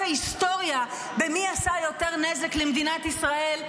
ההיסטוריה במי עשה יותר נזק למדינת ישראל,